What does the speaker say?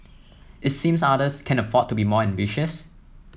it seems others can afford to be more ambitious